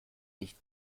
nicht